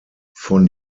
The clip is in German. von